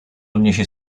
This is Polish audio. odniesie